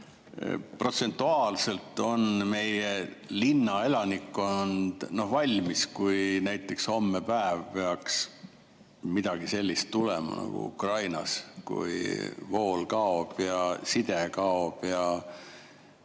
protsentuaalselt on meie linnaelanikkond valmis, kui näiteks hommepäev peaks tulema midagi sellist nagu Ukrainas, kui vool kaob ja side kaob ja